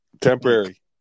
Temporary